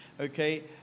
Okay